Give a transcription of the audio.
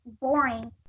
Boring